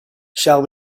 shall